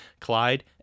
Clyde